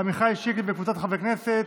עמיחי שיקלי וקבוצת חברי הכנסת,